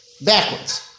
backwards